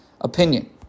opinion